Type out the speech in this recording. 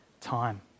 time